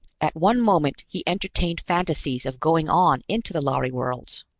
at one moment he entertained fantasies of going on into the lhari worlds,